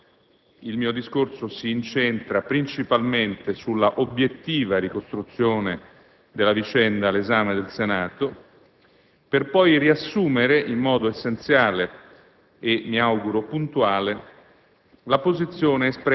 Pertanto, il mio discorso si incentra principalmente sull'obiettiva ricostruzione della vicenda all'esame del Senato, per poi riassumere, in modo essenziale e mi auguro puntuale,